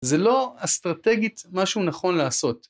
זה לא אסטרטגית משהו נכון לעשות.